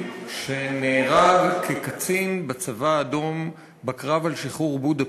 שנהרג כקצין בצבא האדום בקרב על שחרור בודפשט,